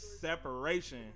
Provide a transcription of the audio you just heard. separation